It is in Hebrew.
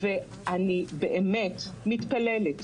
ואני באמת מתפללת,